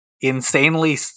insanely